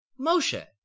Moshe